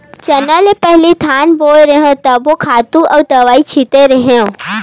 चना ले पहिली धान बोय रेहेव तभो खातू अउ दवई छिते रेहेव